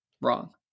wrong